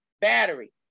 battery